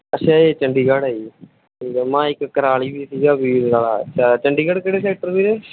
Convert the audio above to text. ਅੱਛਾ ਜੀ ਚੰਡੀਗੜ੍ਹ ਹੈ ਜੀ ਠੀਕ ਹੈ ਮੈਂ ਇੱਕ ਕੁਰਾਲੀ ਵੀ ਸੀ ਵੀਜ਼ੇ ਵਾਲਾ ਚੰਡੀਗੜ੍ਹ ਕਿਹੜੇ ਸੈਕਟਰ ਵੀਰੇ